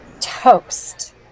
toast